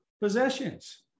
possessions